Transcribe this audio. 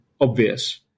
obvious